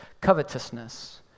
covetousness